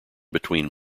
between